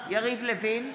יריב לוין,